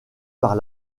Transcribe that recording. par